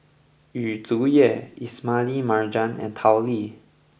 Yu Zhuye Ismail Marjan and Tao Li